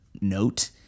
note